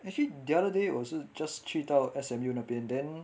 actually the other day 我也是 just 去到 S_M_U 那边 then